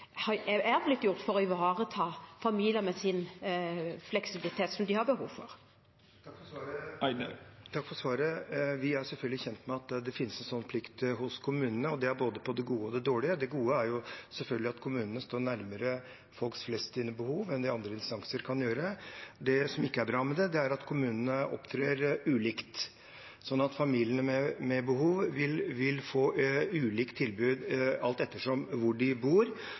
for å ivareta familienes fleksibilitet, som de har behov for. Takk for svaret. Vi er selvfølgelig kjent med at det finnes en slik plikt hos kommunene, og det er på både det gode og det dårlige. Det gode er selvfølgelig at kommunene står nærmere behovene til folk flest enn det andre instanser kan gjøre. Det som ikke er bra med det, er at kommunene opptrer ulikt, slik at familiene med behov vil få ulike tilbud alt etter hvor de bor.